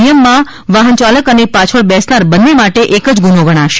નિયમમાં વાહનચાલક અને પાછળ બેસનાર બંને માટે એક જ ગુનો ગણાશે